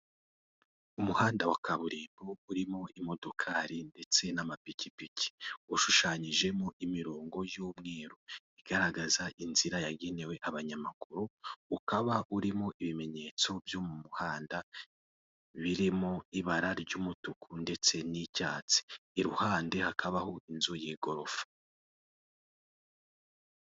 Umuhanda wa kaburimbo urimo imodokari ndetse n'amapikipiki, ushushanyijemo imirongo y'umweru igaragaza inzira yagenewe abanyamaguru, ukaba urimo ibimenyetso byo mu muhanda biri mu ibara ry'umutuku ndetse n'icyatsi, iruhande hakabaho inzu y'igorofa.